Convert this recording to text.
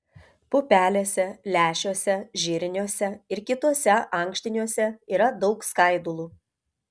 pupelėse lęšiuose žirniuose ir kituose ankštiniuose yra daug skaidulų